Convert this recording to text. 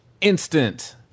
instant